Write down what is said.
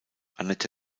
anette